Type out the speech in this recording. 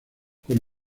con